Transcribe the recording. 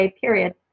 Period